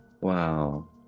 Wow